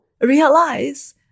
realize